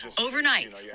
Overnight